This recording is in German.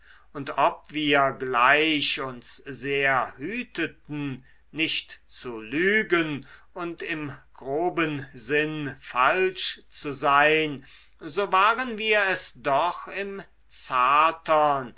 und ob wir gleich uns sehr hüteten nicht zu lügen und im groben sinn falsch zu sein so waren wir es doch im